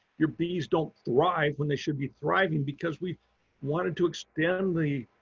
your bees don't thrive when they should be thriving because we wanted to extend the